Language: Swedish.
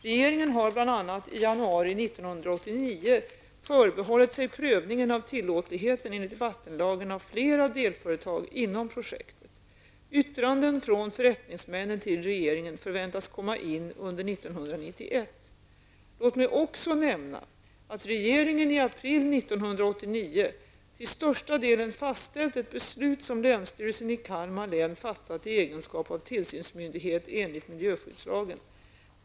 Regeringen har bl.a. i januari 1989 förbehållit sig prövningen av tillåtligheten enligt vattenlagen av flera delföretag inom projektet. Yttranden från förättningsmännen till regeringen förväntas komma in under 1991. Låt mig också nämna att regeringen i april 1989 till största delen fastställt ett beslut som länsstyrelsen i Kalmar län fattat i egenskap av tillsynsmyndighet enligt miljöskyddslagen.